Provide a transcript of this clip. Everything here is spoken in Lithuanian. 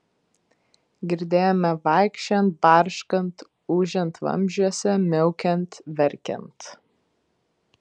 girdėjome vaikščiojant barškant ūžiant vamzdžiuose miaukiant verkiant